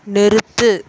நிறுத்து